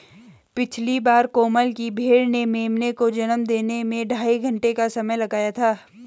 पिछली बार कोमल की भेड़ ने मेमने को जन्म देने में ढाई घंटे का समय लगाया था